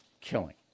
killing